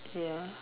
ya